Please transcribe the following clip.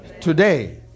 Today